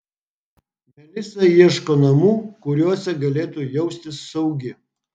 melisa ieško namų kuriuose galėtų jaustis saugi